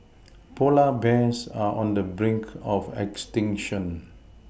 polar bears are on the brink of extinction